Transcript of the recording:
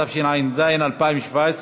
התשע"ז 2017,